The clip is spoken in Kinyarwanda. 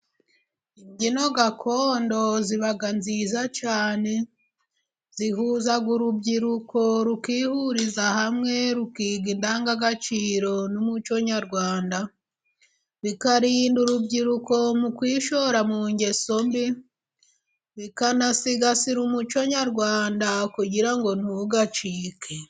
Imbyino gakondo ziba nziza cyane. Zihuza urubyiruko rukihuriza hamwe, rukiga indangagaciro n'umuco nyarwanda, bikarinda urubyiruko mu kwishora mu ngeso mbi, bikanasigasira umuco nyarwanda kugira ngo ntugacike.